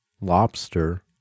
lobster